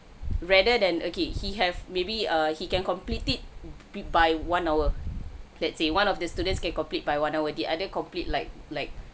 rather than okay he have maybe err he can complete it by one hour let's say one of the students can complete by one hour the other complete like like